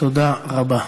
תודה רבה.